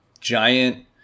giant